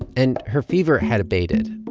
and her fever had abated.